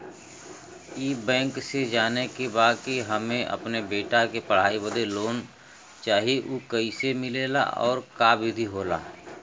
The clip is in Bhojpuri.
ई बैंक से जाने के बा की हमे अपने बेटा के पढ़ाई बदे लोन चाही ऊ कैसे मिलेला और का विधि होला?